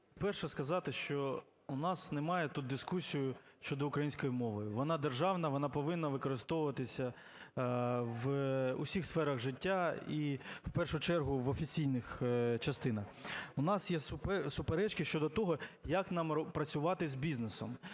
перше, сказати, що у нас немає тут дискусії щодо української мови. Вона державна, вона повинна використовуватися у всіх сферах життя, і в першу чергу в офіційних частинах. У нас є суперечки щодо того, як нам працювати з бізнесом,